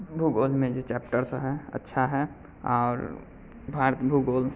भूगोलमे जे चैप्टर सब हय अच्छा हय आओर भारत भूगोल